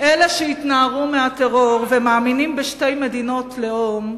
אלה שהתנערו מהטרור ומאמינים בשתי מדינות לאום,